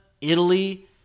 Italy